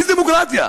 איזו דמוקרטיה?